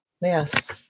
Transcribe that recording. Yes